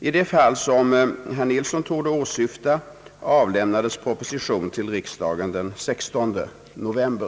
I det fall som herr Nilsson torde åsyfta avlämnades proposition till riksdagen den 16 november.